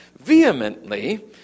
vehemently